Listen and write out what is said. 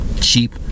cheap